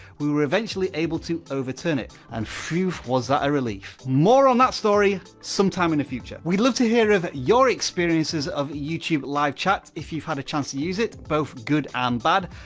we were eventually able to overturn it and phewf was that a relief. more on that story sometime in the future. we'd love to hear of your experiences of youtube live chat if you've had a chance to use it, both good and bad.